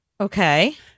Okay